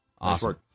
Awesome